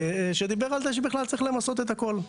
שדיבר על זה שבכלל צריך למסות את הכל.